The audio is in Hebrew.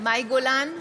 מאי גולן,